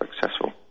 successful